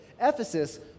Ephesus